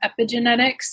epigenetics